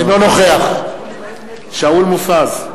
אינו נוכח שאול מופז,